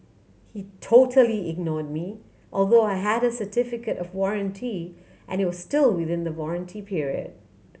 he totally ignored me although I had a certificate of warranty and it was still within the warranty period